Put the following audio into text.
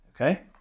okay